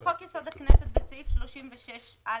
הכנסת, בסעיף 36א(ב),